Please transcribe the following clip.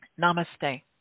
namaste